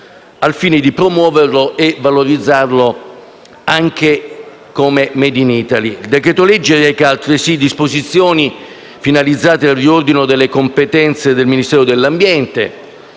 al fine di promuoverlo e valorizzarlo anche come *made in Italy*. Il decreto-legge reca, altresì, disposizioni finalizzate al riordino delle competenze del Ministero dell'ambiente,